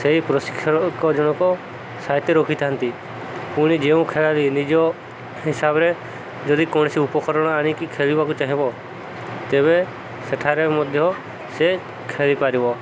ସେହି ପ୍ରଶିକ୍ଷକ ଜଣକ ସାଇତି ରଖିଥାନ୍ତି ପୁଣି ଯେଉଁ ଖେଳାଳି ନିଜ ହିସାବରେ ଯଦି କୌଣସି ଉପକରଣ ଆଣିକି ଖେଳିବାକୁ ଚାହିଁବ ତେବେ ସେଠାରେ ମଧ୍ୟ ସେ ଖେଳିପାରିବ